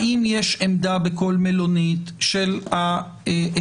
האם יש עמדה בכל מלונית של ההסכמון?